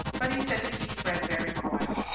but he said to keep fred very quiet.